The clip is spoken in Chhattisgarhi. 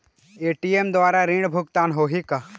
ए.टी.एम द्वारा ऋण भुगतान होही का?